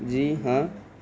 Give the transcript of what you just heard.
جی ہاں